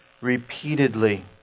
repeatedly